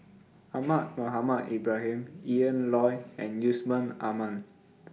Ahmad Mohamed Ibrahim Ian Loy and Yusman Aman